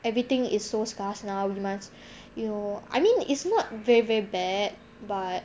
everything is so scarce now we must you I mean it's not very very bad but